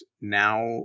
now